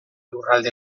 lurralde